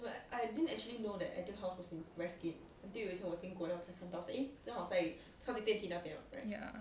ya